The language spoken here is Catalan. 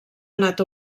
anat